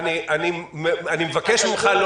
--- אני קובע שב-09:15 מתחיל הדיון שכבר